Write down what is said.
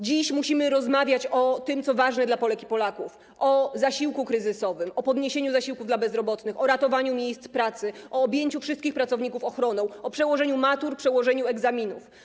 Dziś musimy rozmawiać o tym, co ważne dla Polek i Polaków, o zasiłku kryzysowym, o podwyższeniu zasiłków dla bezrobotnych, o ratowaniu miejsc pracy, o objęciu wszystkich pracowników ochroną, o przełożeniu matur, przełożeniu egzaminów.